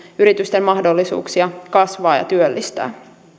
yritysten mahdollisuuksia kasvaa ja työllistää